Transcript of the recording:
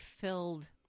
filled